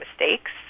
mistakes